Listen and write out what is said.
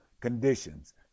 conditions